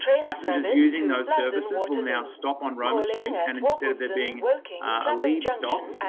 passengers using those services will now stop on roma street and instead of there being a lead stop,